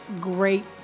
great